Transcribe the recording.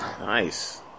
Nice